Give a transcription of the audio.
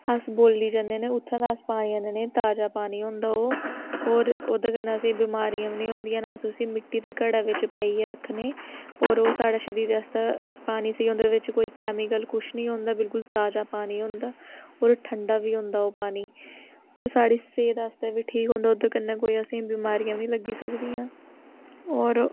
अस बोल्ली जन्ने न उत्थें दा अस पानी आह्नने ताज़ा पानी होंदा ओह् होर ओह्दे कन्नै असेंगी बमारियां बी नी होंदियां न अस उसी मिट्टी दा घड़ा बिच्च पाइयै रक्खने होर ओह् साढ़ै शरीरै आस्तै पानी स्हेई होंदा ओह्दे बिच्च कोई कैमिकल कुछ नी होंदा बिल्कुल ताज़ा पानी होंदा होर ठंडा बी होंदा ओह् पानी पर साढ़ी सेह्त आस्तै बी ठीक होंदा ओह्दे कन्नै कोई असेंगी बमारियां बी नी लग्गी सकदियां होर